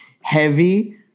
heavy